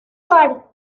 per